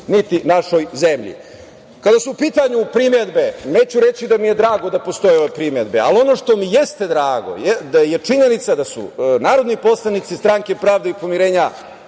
našoj zemlji. Kada su u pitanju primedbe, neću reći da mi je drago da postoje ove primedbe, ali ono što mi jeste drago jeste činjenica da su narodni poslanici Stranke pravde i pomirenja